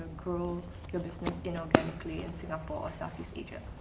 grow your business inorganically in singapore or southeast asia?